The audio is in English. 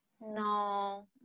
No